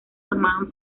formaban